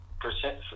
percent